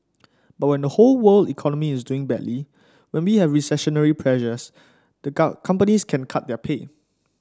but when the whole world economy is doing badly when we have recessionary pressures the companies can cut their pay